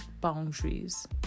boundaries